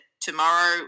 tomorrow